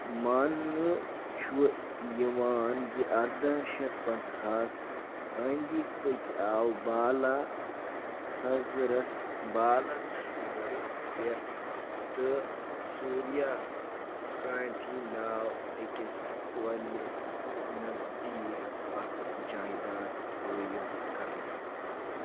مانٛنہٕ چھُ یِوان زِ اَرداہ شَتھ پنٛژٕہاس أنٛدِ پٔکۍ آو بالا تھَزرَس بالہٕ تھَزرَس پٮ۪ٹھ تہٕ سوٗریا کانتی ناو أکِس کۄلہِ نزدیٖک اَکھ جایداد قٲیِم کرنہٕ